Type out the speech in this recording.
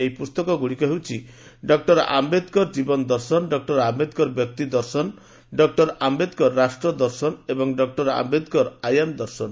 ଏହି ପୁସ୍ତକଗୁଡ଼ିକ ହେଉଛି ଡକ୍ଲର ଆମ୍ଘେଦକର ଜୀବନ ଦର୍ଶନ ଡକ୍ଟର ଆମ୍ଘେଦକର ବ୍ୟକ୍ତି ଦର୍ଶନ ଡକ୍ଟର ଆମ୍ଘେଦକର ରାଷ୍ଟ୍ର ଦର୍ଶନ ଏବଂ ଡକ୍ଟର ଆମ୍ଘେଦକର ଆୟାମ ଦର୍ଶନ